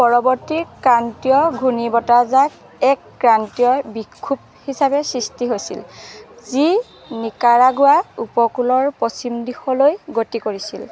পৰৱৰ্তী ক্ৰান্তীয় ঘূৰ্ণীবতাহজাক এক ক্ৰান্তীয় বিক্ষোভ হিচাপে সৃষ্টি হৈছিল যি নিকাৰাগুৱা উপকূলৰ পশ্চিম দিশলৈ গতি কৰিছিল